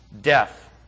death